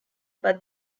but